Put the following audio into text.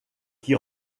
qui